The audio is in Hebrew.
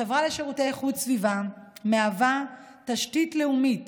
החברה לשירותי איכות סביבה מהווה תשתית לאומית